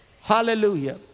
Hallelujah